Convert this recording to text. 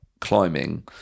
climbing